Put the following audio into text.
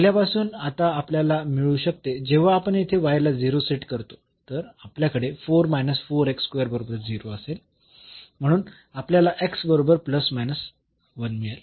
पहिल्यापासून आता आपल्याला मिळू शकते जेव्हा आपण येथे ला 0 सेट करतो तर आपल्याकडे बरोबर 0 असेल म्हणून आपल्याला बरोबर मिळेल